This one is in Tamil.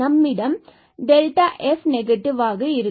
நம்மிடம் f நெகட்டிவாக இருக்கும்